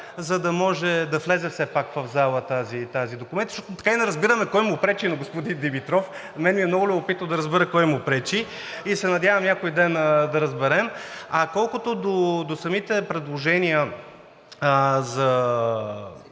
за да може да влезе все пак в залата този документ? Така и не разбираме кое му пречи на господин Димитров и на мен ми е много любопитно да разбера кое му пречи – надявам се, някой ден да разберем. Колкото да самите предложения за